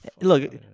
Look